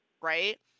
Right